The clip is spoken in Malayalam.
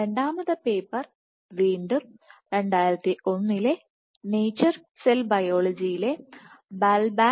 രണ്ടാമത്തെ പേപ്പർ വീണ്ടും 2001 നേച്ചർ സെൽ ബയോളജിയിലെ Balaban et al